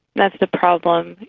that's the problem.